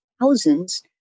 thousands